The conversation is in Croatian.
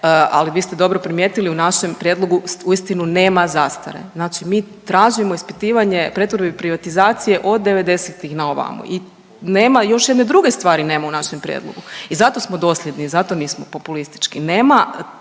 ali vi ste dobro primijetili u našem prijedlogu uistinu nema zastare. Znači mi tražimo ispitivanje pretvorbe i privatizacije od devedesetih na ovamo i nema, još jedne druge stvari nema u našem prijedlogu i zato smo dosljedni i zato nismo populistički,